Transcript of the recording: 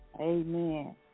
Amen